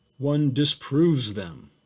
one disproves them,